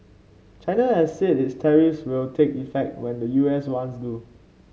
China has said its tariffs will take effect when the U S ones do